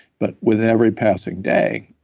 but with every passing day,